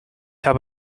habe